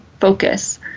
focus